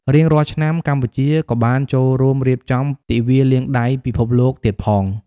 រៀងរាល់ឆ្នាំ កម្ពុជាក៏បានចូលរួមរៀបចំ ទិវាលាងដៃពិភពលោកទៀតផង។